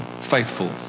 faithful